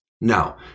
Now